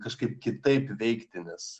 kažkaip kitaip veikti nes